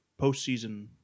postseason